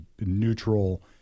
neutral